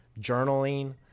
journaling